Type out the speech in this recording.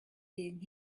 being